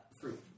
fruit